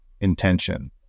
intention